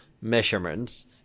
measurements